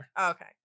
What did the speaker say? Okay